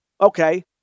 okay